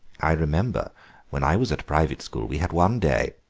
i remember when i was at a private school we had one day,